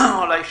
אולי שבוע,